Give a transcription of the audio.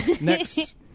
next